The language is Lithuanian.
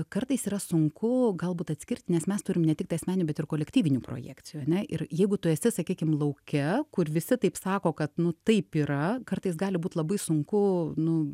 kartais yra sunku galbūt atskirt nes mes turim ne tik tai asmeninių bet ir kolektyvinių projekcijų ane ir jeigu tu esi sakykim lauke kur visi taip sako kad nu taip yra kartais gali būt labai sunku nu